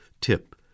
tip